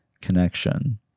connection